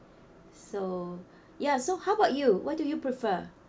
so ya so how about you what do you prefer